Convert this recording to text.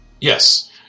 Yes